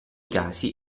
casi